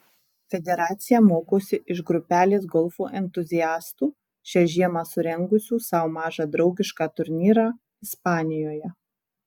federacija mokosi iš grupelės golfo entuziastų šią žiemą surengusių sau mažą draugišką turnyrą ispanijoje